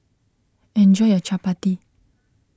enjoy your Chapati